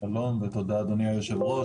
לכולם ותודה, אדוני היושב-ראש.